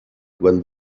when